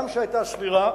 הגם שהיתה סבירה,